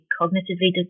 cognitively